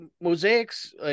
Mosaics